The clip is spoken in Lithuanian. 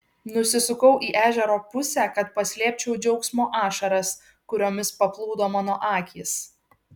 nusisukau į ežero pusę kad paslėpčiau džiaugsmo ašaras kuriomis paplūdo mano akys